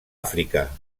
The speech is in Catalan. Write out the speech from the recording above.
àfrica